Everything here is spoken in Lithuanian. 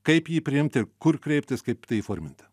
kaip jį priimti ir kur kreiptis kaip tai įforminti